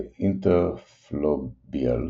ו"אינטרפלוביאל"